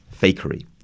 fakery